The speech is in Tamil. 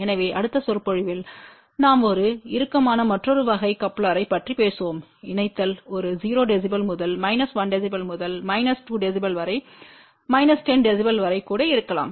எனவே அடுத்த சொற்பொழிவில் நாம் ஒரு இறுக்கமான மற்றொரு வகை கப்ளரைப் பற்றி பேசுவோம் இணைத்தல் ஒரு 0 dB முதல் மைனஸ் 1 dB முதல் மைனஸ் 2 dB வரை மைனஸ் 10 dB வரை கூட இருக்கலாம்